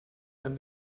wenn